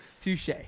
Touche